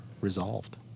resolved